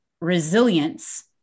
resilience